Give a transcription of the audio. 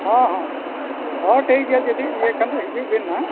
ᱦᱚᱸ ᱦᱚᱸ ᱦᱚᱸ ᱴᱷᱤᱠ ᱜᱮᱭᱟ ᱡᱩᱫᱤ ᱤᱭᱟᱹ ᱠᱷᱟᱱ ᱫᱚ ᱦᱤᱡᱩᱜ ᱵᱤᱱ ᱱᱟᱦᱟᱜ